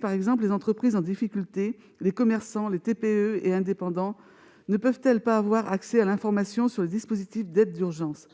Par exemple, les entreprises en difficulté, les commerçants, les TPE et indépendants ne peuvent pas avoir accès à l'information sur les dispositifs d'aide d'urgence.